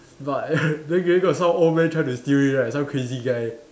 but then g~ got some old man trying to steal it right some crazy guy